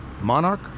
Monarch